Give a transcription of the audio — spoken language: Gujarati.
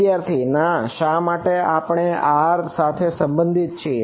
વિદ્યાર્થી ના શા માટે આપણે r સાથે સંબંધિત છીએ